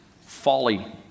Folly